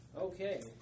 Okay